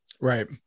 Right